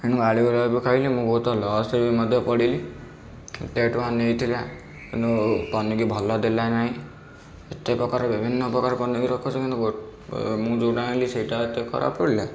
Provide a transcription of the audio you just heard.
ଗାଳି ଗୁଡ଼ା ବି ଖାଇଲି ମୁଁ ବହୁତ ଲସରେ ବି ମଧ୍ୟ ପଡ଼ିଲି ଏତେ ଟଙ୍କା ନେଇଥିଲା କିନ୍ତୁ ପନିକି ଭଲ ଦେଲାନାହିଁ ଏତେପ୍ରକାର ବିଭିନ୍ନ ପ୍ରକାର ପନିକି ରଖୁଛି କିନ୍ତୁ ଗୋଟେ ମୁଁ ଯେଉଁଟା ଆଣିଲି ସେଇଟା ଏତେ ଖରାପ ପଡ଼ିଲା